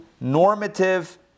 normative